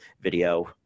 video